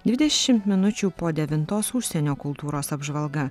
dvidešimt minučių po devintos užsienio kultūros apžvalga